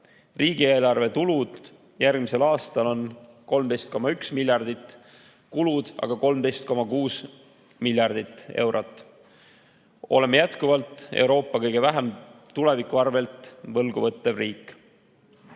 Riigieelarve tulud järgmisel aastal on 13,1 miljardit, kulud aga 13,6 miljardit eurot. Oleme jätkuvalt Euroopa kõige vähem tuleviku arvel võlgu võttev